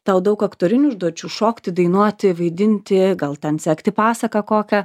tau daug aktorinių užduočių šokti dainuoti vaidinti gal ten sekti pasaką kokią